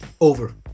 Over